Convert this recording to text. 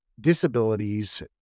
disabilities